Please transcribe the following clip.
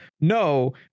No